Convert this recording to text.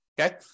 okay